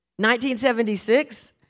1976